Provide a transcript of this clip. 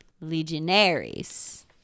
Legionaries